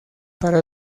para